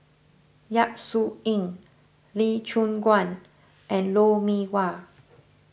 Yap Su Yin Lee Choon Guan and Lou Mee Wah